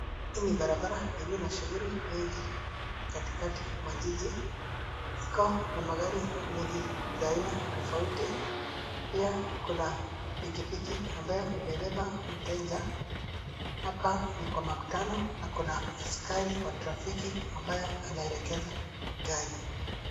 Hii ni barabara iliyo na shughuli nyingi katikati mwa jiji. Ikona magari mengi ya aina tofauti, pia kuna pikipiki ambayo imebeba mteja. Hapa ni kwa makutano na kuna askari wa trafiki ambaye anaelekeza gari.